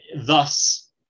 thus